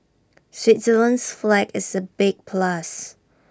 Switzerland's flag is A big plus